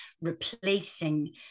replacing